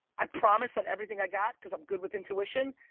i promise on everything i got, because i'm good with intuition.